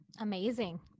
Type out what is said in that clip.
Amazing